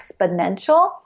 exponential